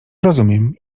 rozumiem